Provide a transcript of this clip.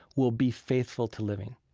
will be faithful to living.